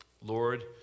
Lord